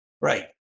right